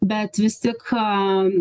bet vis tik aaa